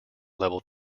level